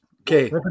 Okay